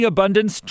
Abundance